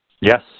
Yes